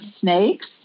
snakes